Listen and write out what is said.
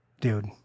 Dude